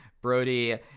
brody